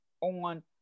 on